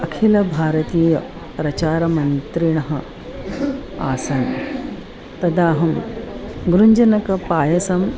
अखिलभारतीयप्रचारमन्त्रिणः आसन् तदाहं गुञ्जनकपायसम्